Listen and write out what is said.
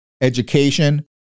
education